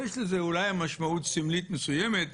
יש לזה אולי משמעות סמלית מסוימת,